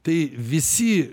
tai visi